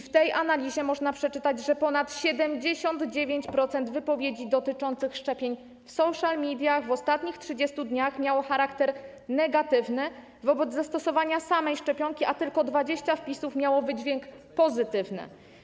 W tej analizie można przeczytać, że ponad 79% wypowiedzi dotyczących szczepień w social mediach w ostatnich 30 dniach miało charakter negatywny wobec zastosowania samej szczepionki, a tylko 20 wpisów miało wydźwięk pozytywny.